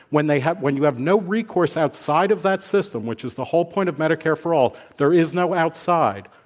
when they have when you have no recourse outside of that system which is the whole point of medicare for all there is no outside.